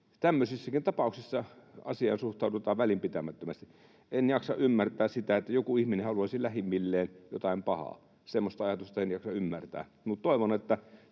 tämmöisissäkin tapauksissa asiaan suhtaudutaan välinpitämättömästi. En jaksa ymmärtää sitä, että joku ihminen haluaisi lähimmilleen jotain pahaa. Semmoista ajatusta en jaksa ymmärtää. Toivon, että